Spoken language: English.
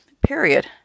period